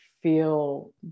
feel